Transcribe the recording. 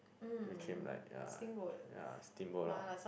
it became like ya ya steamboat lor